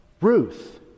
Ruth